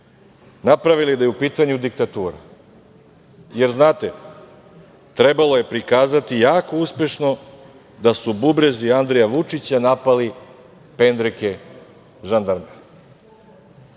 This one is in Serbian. napravili da je u pitanju diktatura, jer znate trebalo je prikazati jako uspešno da su bubrezi Andreja Vučića napali pendreke žandarma. To